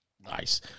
Nice